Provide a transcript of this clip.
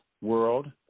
world